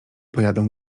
pojadą